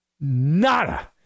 nada